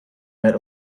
met